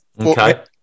Okay